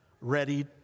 ready